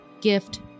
gift